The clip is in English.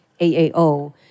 AAO